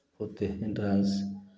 होते हैं डांस